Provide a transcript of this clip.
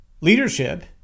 Leadership